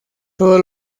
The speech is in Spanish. todo